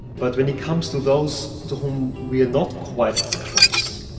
but when it comes to those to whom we are not quite as close,